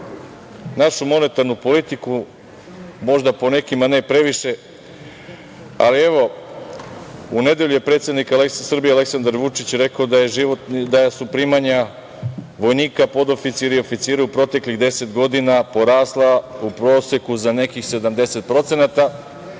našu monetarnu politiku, možda po nekima ne previše.U nedelju je predsednik Srbije, Aleksandar Vučić rekao da su primanja vojnika, podoficira i oficira u proteklih 10 godina porasla u proseku za nekih 70% i oglasio